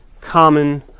common